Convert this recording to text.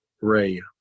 ray